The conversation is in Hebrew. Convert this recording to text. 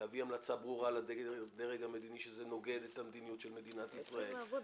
להביא המלצה ברורה לדרג המדיני שזה נוגד את המדיניות של מדינת ישראל.